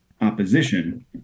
opposition